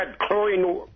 chlorine